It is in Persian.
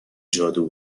جادو